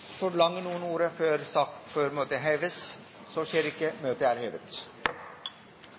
Forlanger noen ordet før møtet heves?